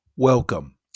Welcome